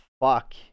fuck